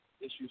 issues